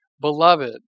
Beloved